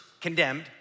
condemned